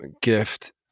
gift